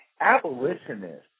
Abolitionists